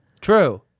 True